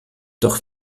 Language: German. doch